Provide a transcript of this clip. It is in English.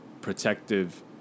protective